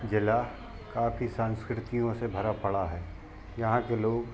ज़िला काफी सांस्कृतियों से भरा पड़ा है यहाँ के लोग